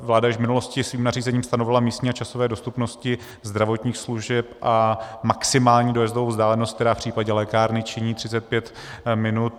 Vláda již v minulosti svým nařízením stanovila místní a časové dostupnosti zdravotních služeb a maximální dojezdovou vzdálenost, která v případě lékárny činí 35 minut.